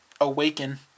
awaken